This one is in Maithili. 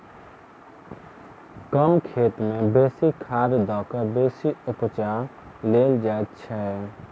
कम खेत मे बेसी खाद द क बेसी उपजा लेल जाइत छै